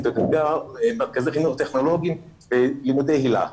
במרכזי חינוך טכנולוגיים, בלימודי הילה.